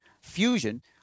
Fusion